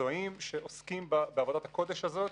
מקצועיים שעוסקים בעבודת הקודש הזאת,